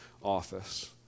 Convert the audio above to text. office